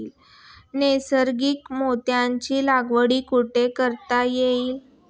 नैसर्गिक मोत्यांची लागवड कुठे करता येईल?